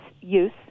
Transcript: use